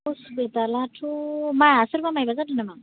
हस्पिटालआथ' मा सोरबा माबा जादो नामा